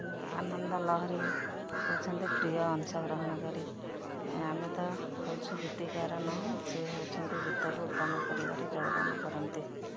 ଆନନ୍ଦ ଲହରୀ ହେଉଛନ୍ତି ପ୍ରିୟ ଅଂଶଗ୍ରହଣକାରୀ ଆମେ ତ ହେଉଛୁ ଗୀତିକାର ନହୁଁ ସେିଏ ହେଉଛନ୍ତି ଗୀତକୁ ଉତ୍ପନ୍ନ କରିବାରେ ଯୋଗଦାନ କରନ୍ତି